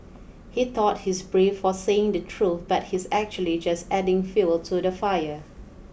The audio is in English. he thought he's brave for saying the truth but he's actually just adding fuel to the fire